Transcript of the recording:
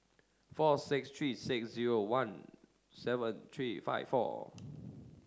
four six three six zero one seven three five four